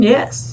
Yes